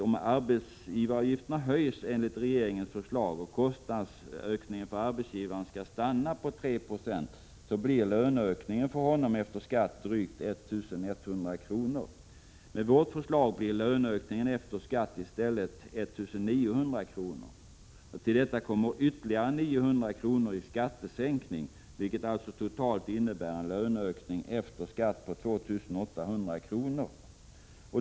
Om arbetsgivaravgifterna höjs enligt regeringens förslag och kostnadsökningen för arbetsgivarna skall stanna på 3 96, blir löneökningen efter skatt för denne löntagare drygt 1 100 kr. Med vårt förslag blir löneökningen efter skatt i stället 1 900 kr. Till detta kommer ytterligare 900 kr. i skattesänkning, vilket totalt innebär en löneökning efter skatt på 2 800 kr.